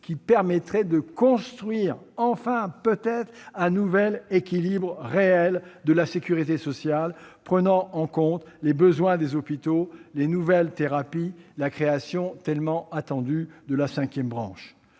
qui permettrait de construire enfin un nouvel équilibre réel de la sécurité sociale, prenant en compte les besoins des hôpitaux, les nouvelles thérapies et la création tellement attendue d'une cinquième branche.